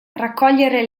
raccogliere